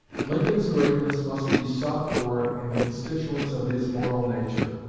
lincoln's greatness must be sought for in the constituents of his moral nature.